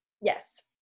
Yes